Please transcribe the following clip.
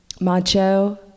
macho